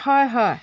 হয় হয়